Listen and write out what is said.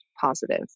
positive